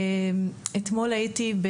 אתמול הייתי,